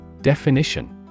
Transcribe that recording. Definition